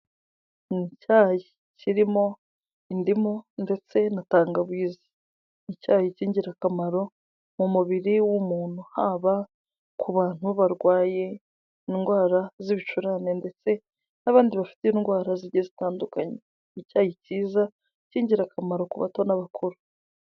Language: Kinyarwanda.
Ni icyayi kirimo indimu ndetse na tangawizi, icyayi ic cy'ingirakamaro mu mubiri w'umuntu haba ku bantu barwaye indwara z'ibicurane ndetse n'abandi bafite indwara zigiye zitandukanye, icyayi cyiza cy'ingirakamaro ku bato n'abakuru.